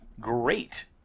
Great